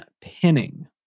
pinning